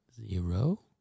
zero